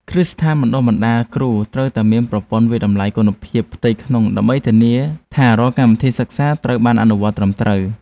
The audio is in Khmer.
គ្រឹះស្ថានបណ្តុះបណ្តាលគ្រូត្រូវតែមានប្រព័ន្ធវាយតម្លៃគុណភាពផ្ទៃក្នុងដើម្បីធានាថារាល់កម្មវិធីសិក្សាត្រូវបានអនុវត្តត្រឹមត្រូវ។